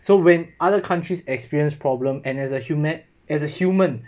so when other countries experience problem and as a human as a human